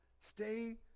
Stay